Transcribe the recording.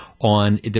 on